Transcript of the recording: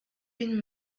been